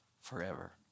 forever